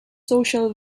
social